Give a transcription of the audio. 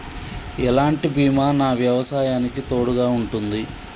ఎలాంటి బీమా నా వ్యవసాయానికి తోడుగా ఉంటుంది?